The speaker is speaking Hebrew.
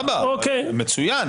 סבבה, מצוין.